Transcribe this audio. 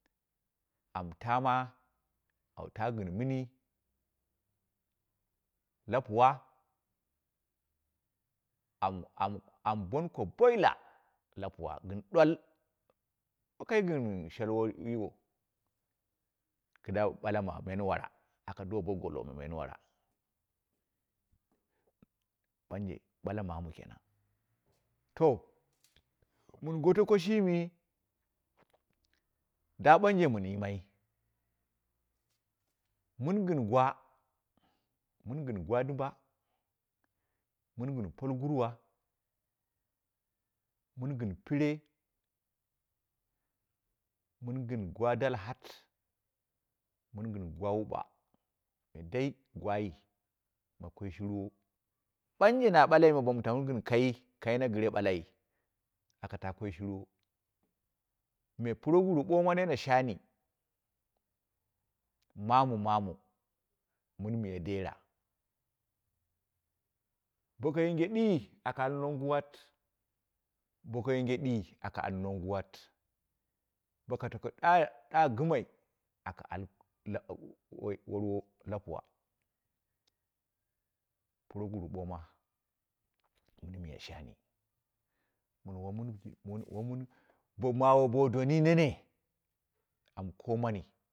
Am tamo, an ta gɨn mini la puwa am- am- am bonko buila la puwa gɨn dwal wa kai gɨn sholwo yiwon. kida malama menwara aka do bo golə ma menwara, banje ba'a mamu kenan. To mɨn golo ko shimi, daa banje mɨn yimai, mɨn gin gwo, mɨngɨn gwa dumba mɨn gɨn poliguwa, mɨn gɨn nɨre, mɨn gɨn gwa dalhat, mɨn gɨn gwa wuɓa me dai gwai ma ko shirwo, banji na bakaime bomu tamu gɨn kai, kaina gɨre balai akata kwai shiriro, me proguru ɓoma nene shani, mamu mamu mɨn miya dera, boka yinge dii aka al ding guwat, boka yinge dii dong guwat buka tako ɗa, ɗu gɨmai aka ala la woi worwo la puwa, proguru ɓoma, mini miya shan, mɨn woman gɨ woman, bo mawo bo doni nene an komani.